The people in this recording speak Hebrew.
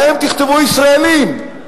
להם תכתבו ישראלים.